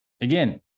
again